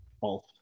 false